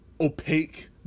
opaque